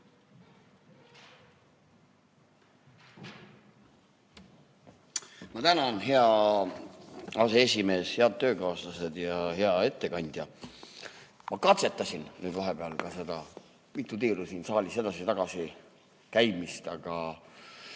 Ma tänan, hea aseesimees! Head töökaaslased ja hea ettekandja! Ma katsetasin vahepeal ka seda mitu tiiru siin saalis edasi-tagasi käimist, aga